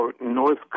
North